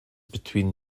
between